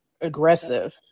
aggressive